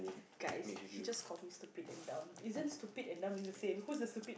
guys he just call me stupid and dumb isn't stupid and dumb is the same who's the stupid